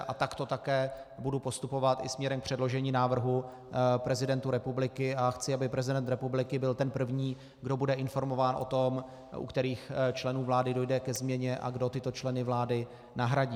A takto také budu postupovat i směrem k předložení návrhu prezidentu republiky a chci, aby prezident republiky byl ten první, kdo bude informován o tom, u kterých členů vlády dojde ke změně a kdo tyto členy vlády nahradí.